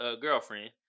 girlfriend